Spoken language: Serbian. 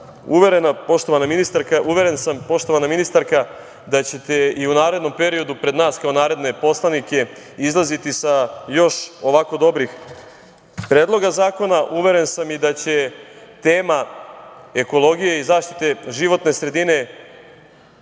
uveren, poštovana ministarka, da ćete i u narednom periodu pred nas kao narodne poslanike izlaziti sa još ovako dobrim predlozima zakona. Uvren sam i da će tema ekologije i zaštite životne sredine